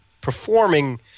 performing